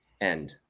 End